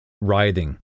writhing